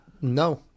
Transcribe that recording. no